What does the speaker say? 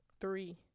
three